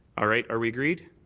ah right. are we agreed?